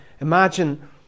Imagine